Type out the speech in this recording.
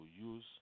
use